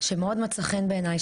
שמאוד מצא חן בעיניי,